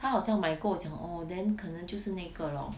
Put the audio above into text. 她好像买过我讲可能就是那个 lor